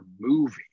Movie